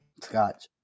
Scotch